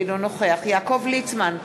אינו נוכח יעקב ליצמן,